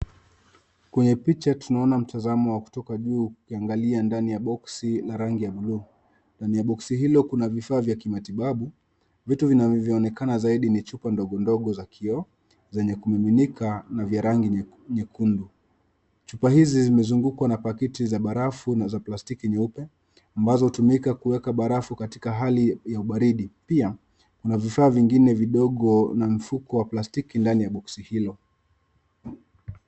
kwenye picha tunaona mtazamo wa kutoka juu ukiangalia ndani ya boksi ya rangi ya buluu ndani ya boksi hilo kuna vifaa vya matibabu vitu vinavyoonekana zaidi ni chupa ndogo ndogo za kio zenye kumiminika na rangi nyekundu, chupa hizi zimezungukwa na paketi za barafu na za plastiki nyeupe ambazo utumika kuweka barafu katika hali ya ubaridi pia kuna vifaa zingine vidogo na mfuko wa plastiki ndani ya boksi hilo